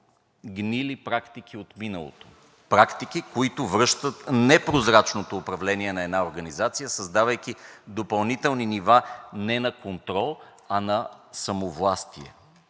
гнили практики от миналото, практики, които връщат непрозрачното управление на една организация, създавайки допълнителни нива не на контрол, а на самовластие.